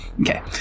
Okay